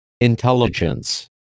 Intelligence